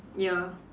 ya